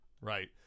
right